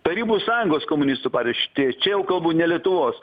tarybų sąjungos komunistų partija šitie čia kalbu ne lietuvos